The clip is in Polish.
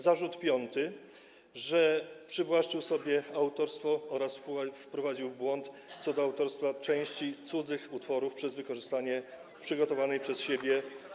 Zarzut piąty, że przywłaszczył sobie autorstwo oraz wprowadził w błąd co do autorstwa części cudzych utworów przez wykorzystanie przygotowanej przez siebie.